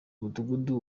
mudugudu